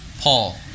Paul